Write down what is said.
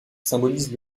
symbolise